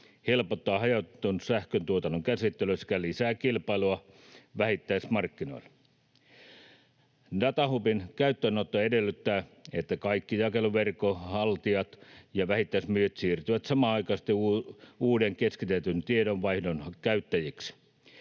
helpottaa hajautetun sähköntuotannon käsittelyä sekä lisää kilpailua vähittäismarkkinoilla. Datahubin käyttöönotto edellyttää, että kaikki jakeluverkon haltijat ja vähittäismyyjät siirtyvät samanaikaisesti uuden keskitetyn tiedonvaihdon käyttäjiksi.